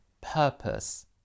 purpose